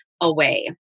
away